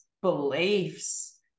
beliefs